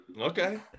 Okay